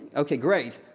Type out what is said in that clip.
okay great.